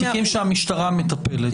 בתיקים שהמשטרה מטפלת.